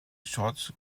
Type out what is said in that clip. short